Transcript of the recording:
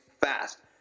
fast